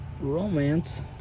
romance